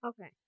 Okay